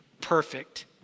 perfect